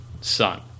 Son